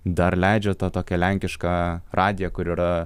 dar leidžia tą tokią lenkišką radiją kur yra